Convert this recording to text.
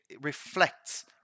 reflects